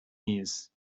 years